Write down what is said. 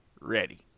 ready